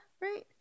right